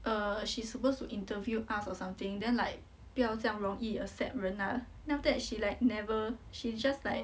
err she's supposed to interview us or something then like 不要这样容易 accept 人啊 then after that she like never she just like